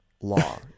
law